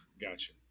Gotcha